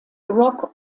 rock